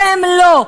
והם לא.